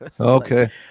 okay